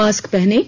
mask पहनें